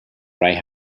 right